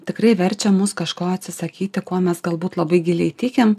tikrai verčia mus kažko atsisakyti kuo mes galbūt labai giliai tikim